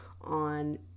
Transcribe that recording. on